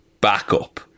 backup